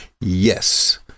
Yes